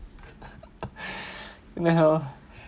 then how